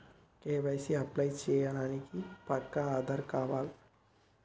KYC apply చేయనీకి పక్కా ఆధార్ కావాల్నా?